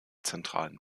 zentralen